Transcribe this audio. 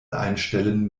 einstellen